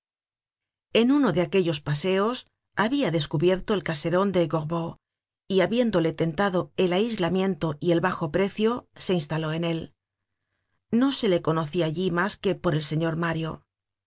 en uno de aquellos paseos habia descubierto el caseron de gorbeau y habiéndole tentado el aislamiento y el bajo precio se instaló en él no se le conocia allí mas que por el señor mario